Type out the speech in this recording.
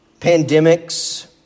pandemics